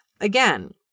again